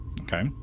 Okay